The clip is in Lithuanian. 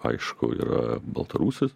aišku yra baltarusis